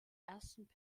ersten